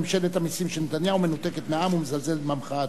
ממשלת המסים של נתניהו מנותקת מהעם ומזלזלת במחאה הציבורית.